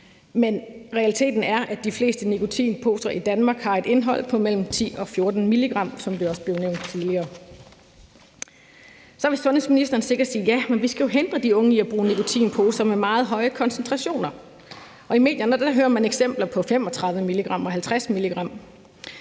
men realiteten er, at de fleste nikotinposer i Danmark har et indhold på mellem 10 og 14 mg, som det også er blevet nævnt tidligere. Så vil sundhedsministeren sikkert sige: Ja, men vi skal jo hindre de unge i at bruge nikotinposer med meget høje koncentrationer. I medierne hører man eksempler på 35 mg og 50 mg,